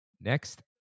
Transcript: next